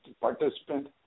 participant